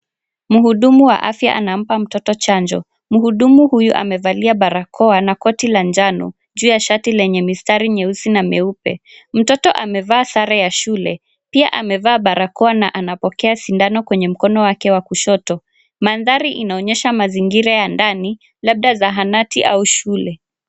Mhudumu wa afya anampa mtoto chanjo, mhudumu huyu amevalia barakoa na koti la njano, juu ya shati lenye mistari nyeusi na mieupe. Mtoto amevaa sare ya shule, pia amevaa barakoa na anapokea sindano kwenye mkono wake wa kushoto, mandhari inaonyesha mazingira ya ndani labda zahanati au shule.